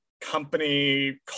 company